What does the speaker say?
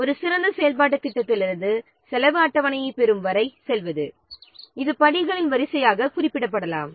எனவே ஒரு சிறந்த செயல்பாட்டுத் திட்டத்திலிருந்து செலவு அட்டவணையைப் பெறும் வரை செல்வது இது படிகளின் வரிசையாக குறிப்பிடப்படலாம்